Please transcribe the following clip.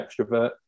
extrovert